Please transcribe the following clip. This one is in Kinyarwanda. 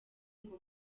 ngo